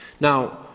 Now